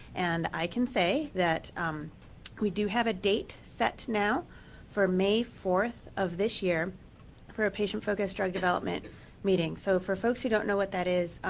and i can say that we do have a date set now for may four of this year for ah patient focused drug development meeting. so for folks who don't know what that is